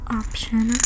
option